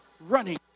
running